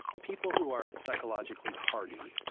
people who are psychologically hardy